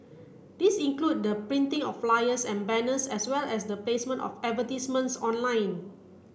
these include the printing of flyers and banners as well as the placement of advertisements online